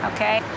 Okay